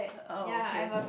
oh okay